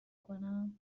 کنم